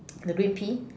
the green pea